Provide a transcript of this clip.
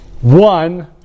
One